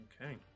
okay